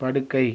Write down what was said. படுக்கை